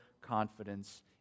confidence